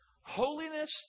Holiness